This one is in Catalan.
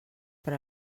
per